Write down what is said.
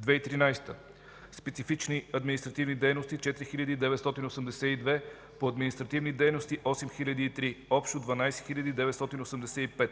2013 г., специфични административни дейности – 4982; по административни дейности – 8003; общо – 12 985.